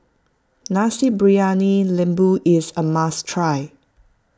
Nasi Briyani Lembu is a must try